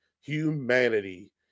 humanity